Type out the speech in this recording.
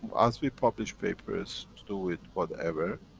as we publish papers to do with whatever,